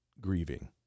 grieving